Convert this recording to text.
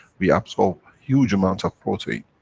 we absorb huge amount of protein,